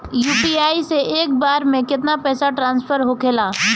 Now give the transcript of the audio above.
UPI से एक बार मे केतना पैसा ट्रस्फर होखे ला?